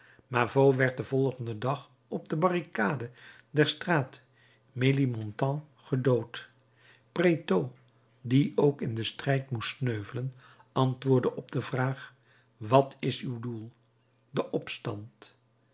mavot werd den volgenden dag op de barricade der straat menilmontant gedood pretot die ook in den strijd moest sneuvelen antwoordde op de vraag wat is uw doel de opstand